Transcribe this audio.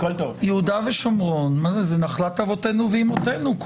יהודה ושומרון היא נחלת אבותינו ואימותינו.